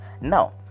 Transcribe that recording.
now